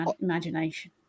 imagination